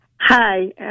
Hi